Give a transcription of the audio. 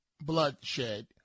bloodshed